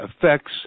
affects